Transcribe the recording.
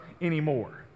anymore